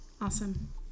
Awesome